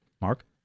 Mark